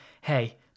hey